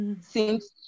seems